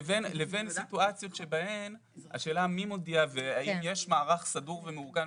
לבין סיטואציות שבהן השאלה מי מודיע והאם יש מערך סדור ומאורגן.